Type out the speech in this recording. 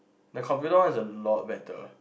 the computer one is a lot better